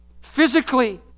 physically